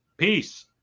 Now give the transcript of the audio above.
Peace